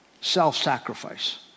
Self-sacrifice